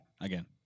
Again